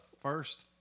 first